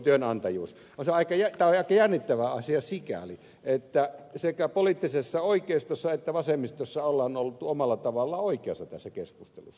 tämä on aika jännittävä asia sikäli että sekä poliittisessa oikeistossa että vasemmistossa on oltu omalla tavallaan oikeassa tässä keskustelussa